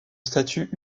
statut